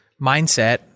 mindset